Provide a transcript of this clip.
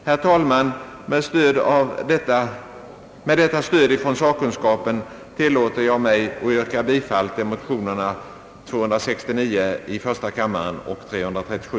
Herr talman! Med detta stöd från sakkunskapen tillåter jag mig att yrka bifall till motionerna I: 269 och II: 337.